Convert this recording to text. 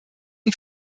und